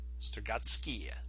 Sturgatsky